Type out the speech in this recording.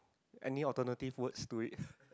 any alternative words to it